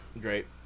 Great